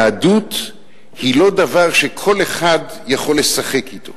יהדות היא לא דבר שכל אחד יכול לשחק אתו.